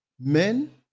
men